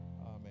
Amen